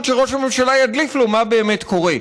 שראש הממשלה ידליף לו מה באמת קורה.